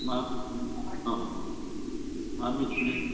मामोन अ मा मिथिनो